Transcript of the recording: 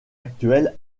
actuel